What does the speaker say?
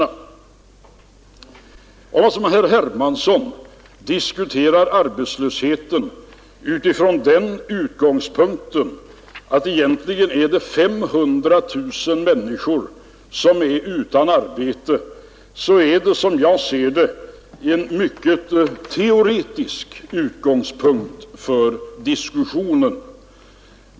Om man som herr Hermansson säger att det egentligen är 500 000 människor som är utan arbete så är det, som jag ser det, en mycket teoretisk utgångspunkt för diskussionen.